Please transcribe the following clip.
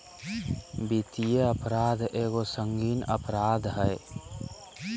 वित्तीय अपराध एगो संगीन अपराध हइ